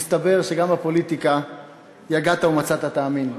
מסתבר שגם בפוליטיקה "יגעת ומצאת, תאמין".